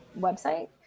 website